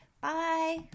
Bye